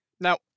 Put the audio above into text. Now